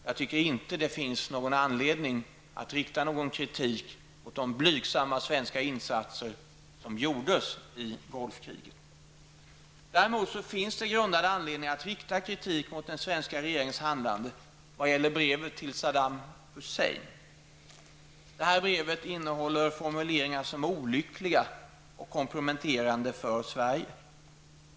Jag tycker därför inte att det finns någon anledning att rikta någon kritik mot de blygsamma svenska insatser som gjordes i Det finns däremot grundad anledning att rikta kritik mot den svenska regeringens handlande vad gäller brevet till Saddam Hussein. Detta brev innehåller formuleringar som är olyckliga och komprometterande för Sverige.